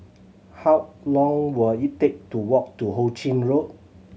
how long will it take to walk to Ho Ching Road